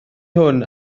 hwn